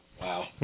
Wow